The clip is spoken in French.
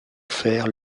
faire